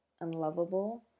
unlovable